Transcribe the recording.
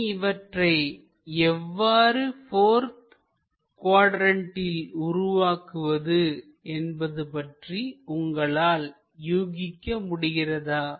இனி இவற்றை எவ்வாறு போர்த் குவாட்ரண்ட்டில் உருவாக்குவது என்பது பற்றி உங்களால் யூகிக்க முடிகிறதா